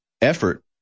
effort